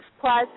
plus